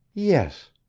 yes,